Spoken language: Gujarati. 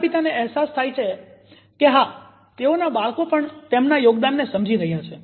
માતા પિતા ને અહેસાસ થાય છે કે હા તેઓના બાળકો પણ તેમના યોગદાનને સમજી રહ્યા છે